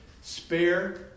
Spare